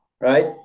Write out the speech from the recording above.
right